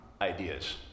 ideas